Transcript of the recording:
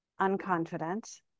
unconfident